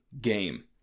game